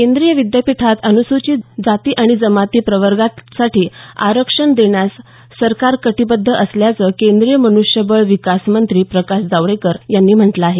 केंद्रीय विद्यापीठात अनुसूचित जाती आणि जमाती प्रवर्गासाठी आरक्षण देण्यास सरकार कटीबद्ध असल्याचं केंद्रीय मन्ष्यबळ विकास मंत्री प्रकाश जावडेकर यांनी म्हटलं आहे